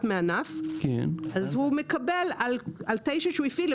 מהענף אז הוא מקבל על תשע שהוא הפעיל,